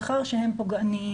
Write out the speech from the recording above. מאחר והם פוגעניים.